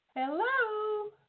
Hello